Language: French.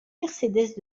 mercedes